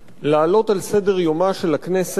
להעלות על סדר-יומה של הכנסת